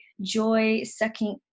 joy-sucking